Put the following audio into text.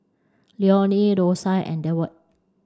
Leonie Dosia and Deward